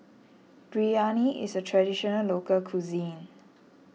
Biryani is a Traditional Local Cuisine